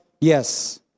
Yes